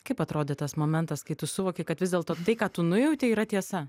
kaip atrodė tas momentas kai tu suvokei kad vis dėlto tai ką tu nujautei yra tiesa